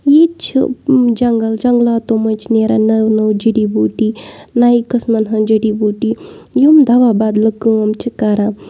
ییٚتہِ چھِ جنٛگَل جنٛگلاتو منٛز چھِ نیران نٔو نٔو جٔڑی بوٗٹی نَیہِ قٕسمَن ہٕنٛز جٔڑی بوٗٹی یِم دَوا بَدلہٕ کٲم چھِ کَران